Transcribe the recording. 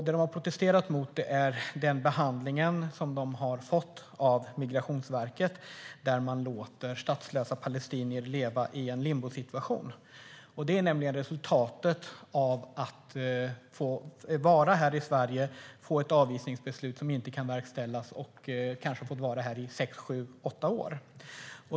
Det de har protesterat mot är den behandling de har fått av Migrationsverket, som låter statslösa palestinier leva i en limbosituation. Det blir resultatet av att man får ett avvisningsbeslut som inte kan verkställas efter att man har varit här i Sverige i kanske sex, sju eller åtta år.